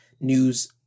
news